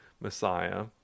Messiah